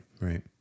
right